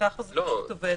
ככה זה פשוט עובד.